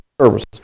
services